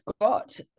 got